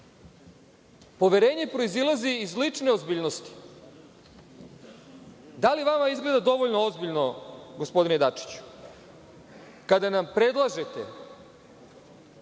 Poverenje proizilazi iz lične ozbiljnosti. Da li vama izgleda dovoljno ozbiljno, gospodine Dačiću, kada nam predlažete